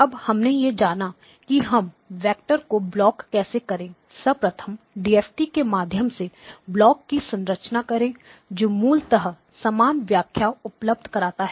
अब हमने यह जाना कि हम वेक्टर को ब्लॉक कैसे करें सर्वप्रथम डीएफटी के माध्यम से ब्लॉक की संरचना करें जो हमें मूलतः समान व्याख्या उपलब्ध कराता है